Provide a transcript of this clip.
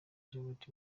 gerard